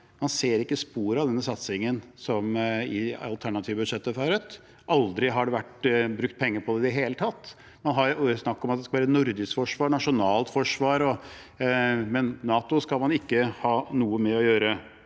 Man ser ikke spor av denne satsingen i det alternative budsjettet fra Rødt. Aldri har det vært brukt penger på det i det hele tatt. Man har snakket om at det skal være nordisk forsvar og nasjonalt forsvar, men NATO skal man ikke ha noe å gjøre